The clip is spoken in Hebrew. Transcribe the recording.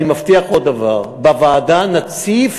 אני מבטיח עוד דבר: בוועדה נציף